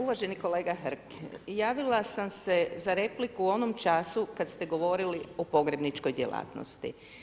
Uvaženi kolega Hrg, javila sam se za repliku u onom času kada ste govorili o pogrebničkoj djelatnosti.